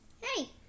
Hey